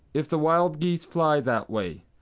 if the wild geese fly that way.